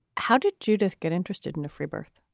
how did judith get interested in a free birth?